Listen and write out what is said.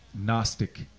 Gnostic